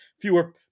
fewer